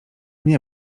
nie